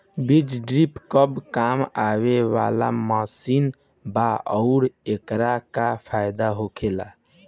बीज ड्रील कब काम आवे वाला मशीन बा आऊर एकर का फायदा होखेला?